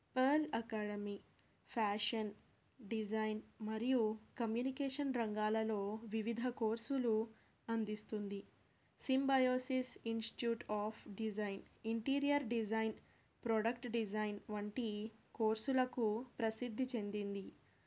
పార్ల్ Academy fashion design మరియు communication రంగాలలో వివిధ కోర్సులు అందిస్తుంది Symbiosis Institute of Design interior design product design వంటి కోర్సులకు ప్రసిద్ధి చెందింది